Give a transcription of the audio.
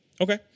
Okay